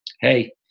Hey